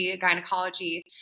gynecology